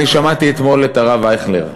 אני שמעתי אתמול את הרב אייכלר,